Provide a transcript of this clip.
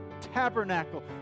tabernacle